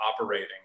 operating